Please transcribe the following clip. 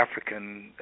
African